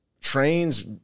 trains